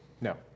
no